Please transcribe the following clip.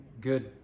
good